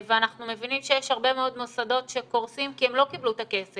ואנחנו מבינים שיש הרבה מאוד מוסדות שקורסים כי הם לא קיבלו את הכסף.